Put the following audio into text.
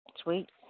Sweet